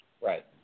Right